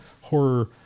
horror